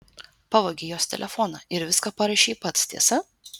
pavogei jos telefoną ir viską parašei pats tiesa